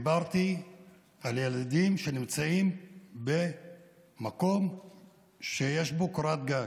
דיברתי על ילדים שנמצאים במקום שיש בו קורת גג.